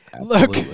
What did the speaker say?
Look